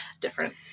Different